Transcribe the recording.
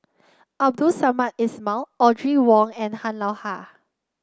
Abdul Samad Ismail Audrey Wong and Han Lao Da